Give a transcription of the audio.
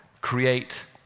create